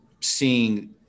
seeing